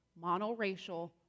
monoracial